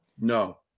no